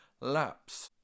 laps